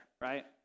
right